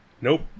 Nope